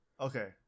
Okay